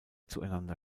zueinander